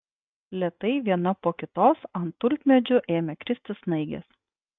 lėtai viena po kitos ant tulpmedžių ėmė kristi snaigės